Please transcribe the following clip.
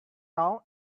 down